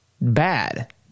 bad